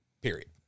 Period